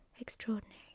Extraordinary